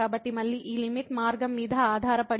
కాబట్టి మళ్ళీ ఈ లిమిట్ మార్గం మీద ఆధారపడి ఉంటుంది